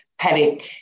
paddock